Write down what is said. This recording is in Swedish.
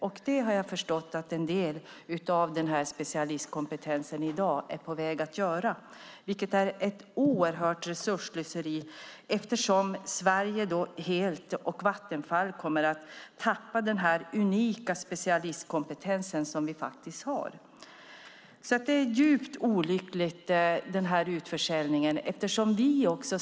Jag har förstått att det håller på att ske här, och det är ett enormt resursslöseri. Vattenfall och Sverige kommer att förlora unik specialistkompetens. Utförsäljningen är därför djupt olycklig.